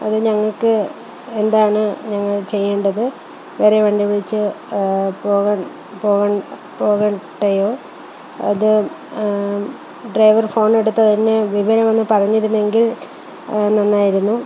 അത് ഞങ്ങൾക്ക് എന്താണ് ഞങ്ങൾ ചെയ്യേണ്ടത് വേറെ വണ്ടി വിളിച്ച് പോകൺ പോകൺ പോകട്ടെയോ അത് ഡ്രൈവർ ഫോണെടുത്ത് എന്നെ വിവരമൊന്ന് പറഞ്ഞിരുന്നെങ്കിൽ നന്നായിരുന്നു